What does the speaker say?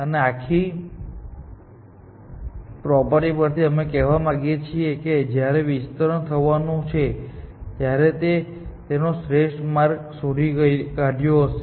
આ આખી પ્રોપર્ટી પરથી અમે કહેવા માંગીએ છીએ કે જ્યારે વિસ્તરણ થવાનું છે ત્યારે તેણે તેનો શ્રેષ્ઠ માર્ગ શોધી કાઢ્યો હશે